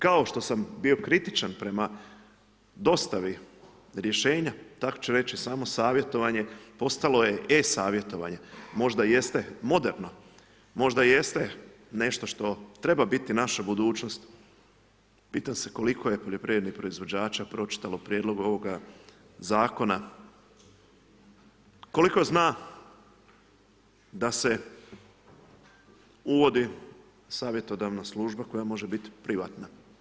Kao što sam bio kritičan prema dostavi rješenja, tako ću reći samo savjetovanje postalo je e-savjetovanje, možda jeste moderno, možda jeste nešto što treba biti naša budućnost, pitam se koliko je poljoprivrednih proizvođača pročitalo prijedlog ovoga zakona, koliko zna da se uvodi savjetodavna služba koja može biti privatna.